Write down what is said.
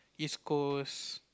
East Coast